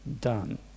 done